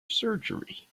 surgery